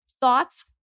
thoughts